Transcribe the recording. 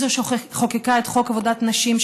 היא זו שחוקקה את חוק עבודת נשים,